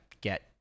get